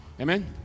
amen